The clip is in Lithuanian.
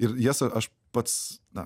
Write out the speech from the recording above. ir jas aš pats na